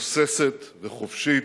תוססת וחופשית,